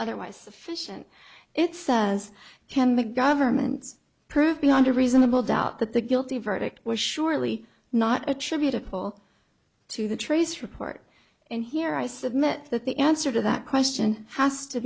otherwise fission it says can the government's prove beyond a reasonable doubt that the guilty verdict was surely not attributable to the trace report and here i submit that the answer to that question has to